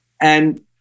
And-